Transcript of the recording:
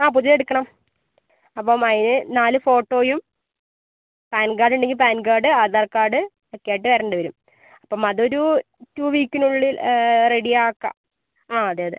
ആ പുതിയതെടുക്കണം അപ്പം അതിന് നാല് ഫോട്ടോയും പാൻ കാർഡുണ്ടെങ്കിൽ പാൻ കാർഡ് ആധാർ കാർഡ് ഒക്കെയായിട്ട് വരേണ്ടി വരും അപ്പം അതൊരു ടൂ വീക്കിനുള്ളിൽ റെഡി ആക്കം ആ അതെ അതെ